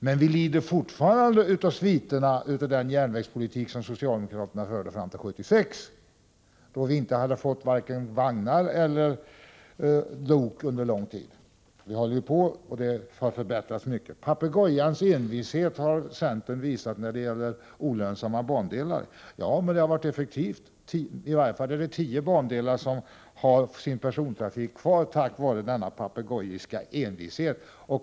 Men vi lider fortfarande av sviterna efter den järnvägspolitik som socialdemokraterna förde fram till 1976, då vi under lång tid inte hade fått vare sig vagnar eller lok. Det pågår ett arbete, och mycket har förbättrats. Här sägs att centern har visat papegojans envishet när det gäller olönsamma bandelar. Ja, men det har också varit effektivt. I varje fall har minst tio bandelar sin persontrafik kvar tack vare denna papegojartade envishet.